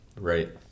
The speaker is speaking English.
Right